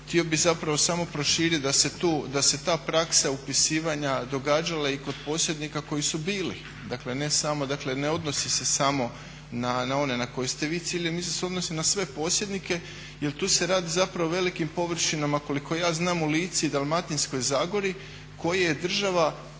Htio bih zapravo samo proširiti da se ta praksa upisivanja događala i kod posjednika koji su bili, dakle ne odnosni se samo na one na koje ste vi ciljali, mislim da se odnosi na sve posjednike jer tu se radi zapravo o velikim površinama koliko ja znam u Lici i Dalmatinskoj zagori koje je država,